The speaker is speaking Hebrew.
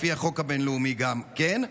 לפי החוק הבין-לאומי כן.